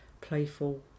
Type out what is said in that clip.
playful